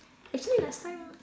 actually last time